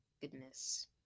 Goodness